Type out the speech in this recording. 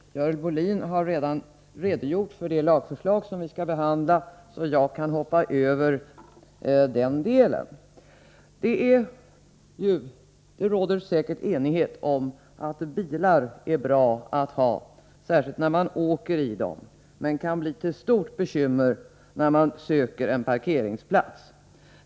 Herr talman! Görel Bohlin har redan redogjort för det lagförslag som vi skall behandla, så jag kan hoppa över den delen. Det råder säkert enighet om att bilar är bra att ha, särskilt när man åker i dem, men kan bli till stort bekymmer när man söker en parkeringsplats.